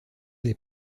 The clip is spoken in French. des